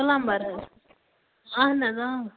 plumber اَہَن حظ اۭں